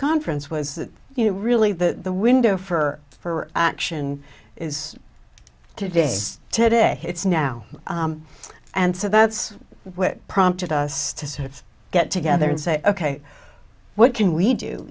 conference was that you know really the window for for action is today today it's now and so that's what prompted us to sort of get together and say ok what can we do